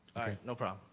no problem.